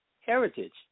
heritage